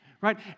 right